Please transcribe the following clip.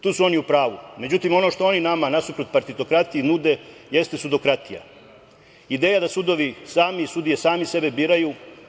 Tu su oni u pravu, međutim, ono što oni nama nasuprot partitokratije nude jeste sudokratija, ideja da sudovi i sudije sami sebe biraju.